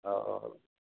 औ औ